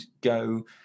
go